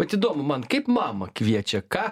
vat įdomu man kaip mama kviečia ką